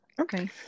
Okay